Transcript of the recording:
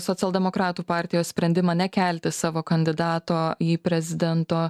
socialdemokratų partijos sprendimą nekelti savo kandidato į prezidento